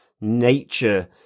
nature